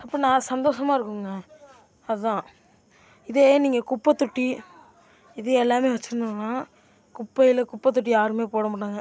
எப்படினா சந்தோசமாக இருக்குதுங்க அதுதான் இதே நீங்கள் குப்பைத்தொட்டி இது எல்லாமே வச்சிருந்தோம்னா குப்பையில் குப்பத்தொட்டியை யாருமே போட மாட்டாங்கள்